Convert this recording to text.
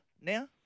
now